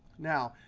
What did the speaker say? now,